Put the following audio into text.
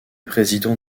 président